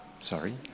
Sorry